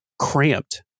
cramped